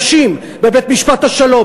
נשים בבית-משפט השלום,